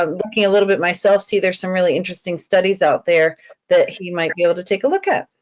ah looking a little bit myself, see there's some really interesting studies out there that he might be able to take a look at.